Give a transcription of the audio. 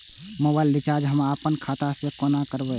Mobile recharge हम आपन खाता से कोना करबै?